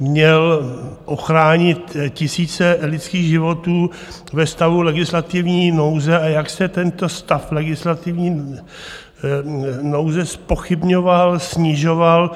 měl ochránit tisíce lidských životů ve stavu legislativní nouze, a jak se tento stav legislativní nouze zpochybňoval, snižoval.